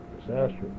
disaster